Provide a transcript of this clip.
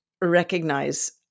recognize